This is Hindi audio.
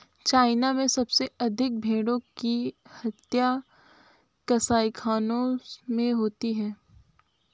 चाइना में सबसे अधिक भेंड़ों की हत्या कसाईखानों में होती है